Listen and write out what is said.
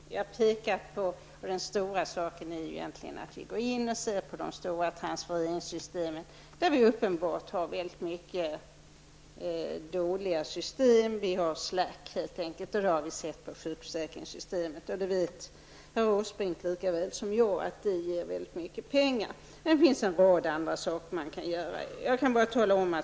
Den stora saken är ju egentligen, och jag har påpekat detta, att vi går in och ser på de stora transfereringssystemen. Där har vi uppenbarligen mycket dåliga system. Vi har ''slack'' helt enkelt. Det har vi sett på sjukförsäkringssystemet. Det ger väldigt mycket pengar, det vet herr Åsbrink lika väl som jag. Det finns en rad andra saker man kan göra.